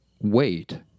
wait